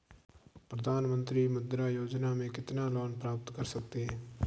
प्रधानमंत्री मुद्रा योजना में कितना लोंन प्राप्त कर सकते हैं?